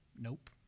Nope